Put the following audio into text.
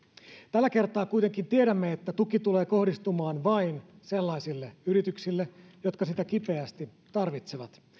tällä kertaa kuitenkin tiedämme että tuki tulee kohdistumaan vain sellaisille yrityksille jotka sitä kipeästi tarvitsevat